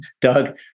Doug